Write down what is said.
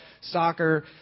soccer